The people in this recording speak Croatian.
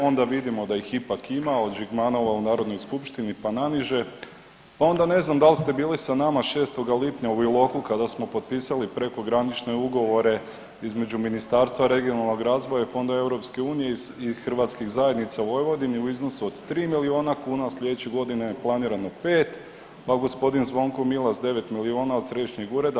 Onda vidimo da ih ipak ima od Žigmanova u narodnoj skupštini pa naniže, pa onda ne znam da li ste bili sa nama 6. lipnja u Iloku kada smo potpisali prekogranične ugovore između Ministarstva regionalnog razvoja i fondova EU i hrvatskih zajednica u Vojvodini u iznosu od 3 miliona kuna, a slijedeće godine je planirano 5, pa gospodin Zvonko Milas 9 miliona od središnjeg ureda.